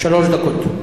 שלוש דקות.